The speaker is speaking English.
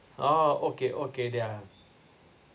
oh okay okay yeah